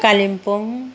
Kalimpong